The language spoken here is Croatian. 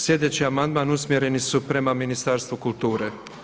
Sljedeći amandmani usmjereni su prema Ministarstvu kulture.